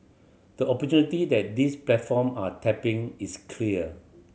the opportunity that these platform are tapping is clear